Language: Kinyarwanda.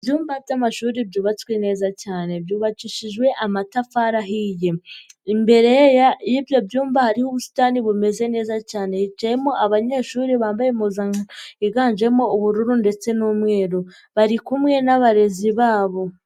Ibyumba by'amashuri byubatswe neza cyane, byubakishijwe amatafari ahiye, imbere y'ibyo byumba hariho ubusitani bumeze neza cyane, hicayemo abanyeshuri bambaye impuzankano yiganjemo ubururu ndetse n'umweru, bari kumwe n'abarezi babo.